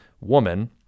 woman